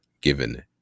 given